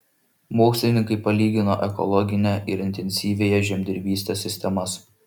mokslininkai palygino ekologinę ir intensyviąją žemdirbystės sistemas